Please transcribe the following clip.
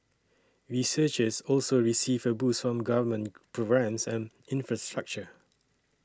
researchers also received a boost from government programmes and infrastructure